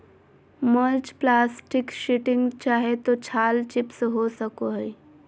mulch plastic sheeting चाहे तो छाल चिप्स हो सको हइ